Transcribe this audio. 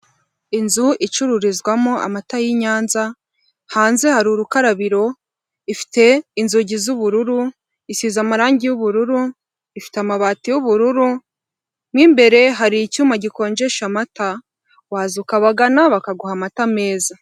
Inzu icururizwamo amata y'i Nyanza hanze hari urukarabiro, ifite inzugi z'ubururu, isize amarangi y'ubururu, ifite amabati y'ubururu; mo imbere hari icyuma gikonjesha amata waza ukabagana bakaguha amata meza.